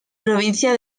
provincia